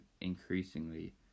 increasingly